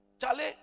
Charlie